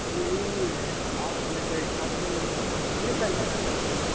यही है आप लग जाएगा हिसाब से कितने पेड़ लेना चाहते हैं आप